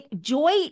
joy